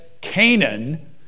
Canaan